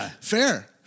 fair